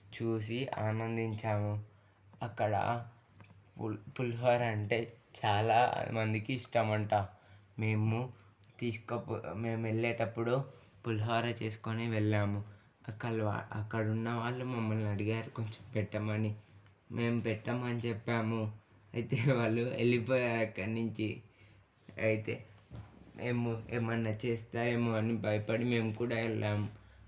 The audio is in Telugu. చూసి ఆనందించాము అక్కడ పులి పులిహోర అంటే చాలా మందికి ఇష్టం అంట మేము తీసుకో మేము వెళ్ళేటప్పుడు పులిహోర చేసుకుని వెళ్ళాము అక్కడ అక్కడ ఉన్న వాళ్ళు మమ్మల్ని అడిగారు కొంచెం పెట్టమని మేము పెట్టమని చెప్పాము అయితే వాళ్ళు వెళ్ళిపోయారు అక్కడ నుంచి అయితే మేము ఏమన్నా చేస్తారేమో అని భయపడి మేము కూడా వెళ్ళాం